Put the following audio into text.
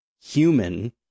human